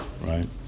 right